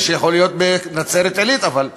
יכול להיות, בנצרת-עילית, אבל בשפרעם,